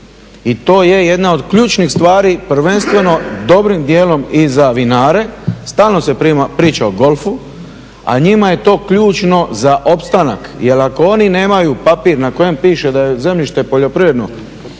i to je jedna od ključnih stvari prvenstveno dobrim dijelom i za vinare. Stalno se priča o golfu, a njima je to ključno za opstanak. Jer ako oni nemaju papir na kojem piše da je zemljište poljoprivredno,